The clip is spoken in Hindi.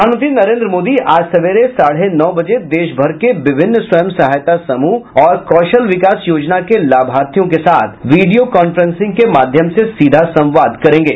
प्रधानमंत्री नरेन्द्र मोदी आज सवेरे साढ़े नौ बजे देश भर के विभिन्न स्वयं सहायता समूहों और कौशल विकास योजना के लाभर्थियों के साथ वीडियो कॉफ्रेंसिंग के माध्यम से सीधा संवाद करेंगे